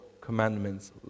commandments